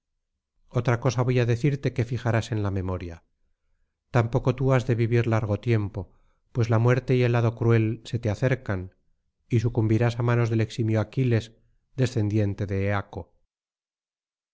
otra cosa voy á decirte que fijarás en la memoria tampoco tú has de vivir largo tiempo pues la muerte y el hado cruel se te acercan y sucumbirás á manos del eximio aquiles descendiente de eaco